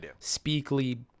Speakly